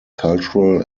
cultural